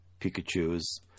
Pikachu's